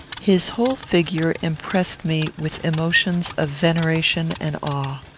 his whole figure impressed me with emotions of veneration and awe.